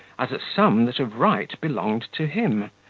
as a sum that of right belonged to him,